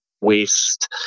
West